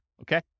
okay